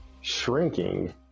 shrinking